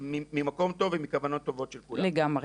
זה ממקום טוב ומכוונות טובות של כולם.